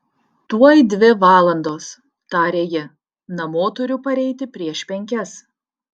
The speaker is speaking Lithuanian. tuoj dvi valandos tarė ji namo turiu pareiti prieš penkias